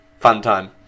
Funtime